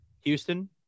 Houston